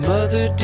Mother